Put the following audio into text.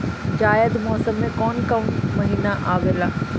जायद मौसम में कौन कउन कउन महीना आवेला?